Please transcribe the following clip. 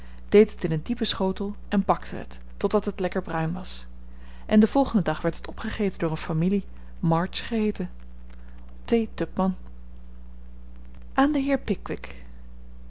deed het in een diepen schotel en bakte het totdat het lekker bruin was en den volgenden dag werd het opgegeten door een familie march geheeten t tupman aan den heer pickwick